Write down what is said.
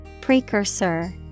Precursor